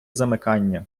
замикання